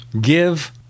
give